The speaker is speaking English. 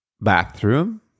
bathroom